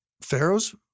Pharaoh's